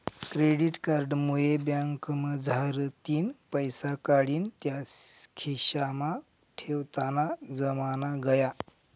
credit card मुये बँकमझारतीन पैसा काढीन त्या खिसामा ठेवताना जमाना गया